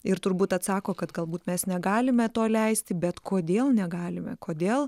ir turbūt atsako kad galbūt mes negalime to leisti bet kodėl negalime kodėl